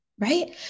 right